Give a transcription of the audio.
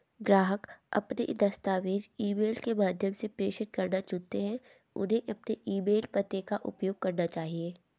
ग्राहक अपने दस्तावेज़ ईमेल के माध्यम से प्रेषित करना चुनते है, उन्हें अपने ईमेल पते का उपयोग करना चाहिए